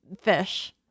fish